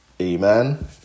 Amen